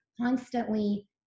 constantly